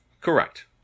Correct